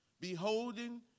beholding